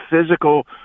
physical